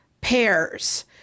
pairs